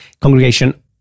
congregation